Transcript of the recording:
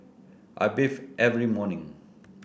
I bathe every morning